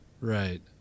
Right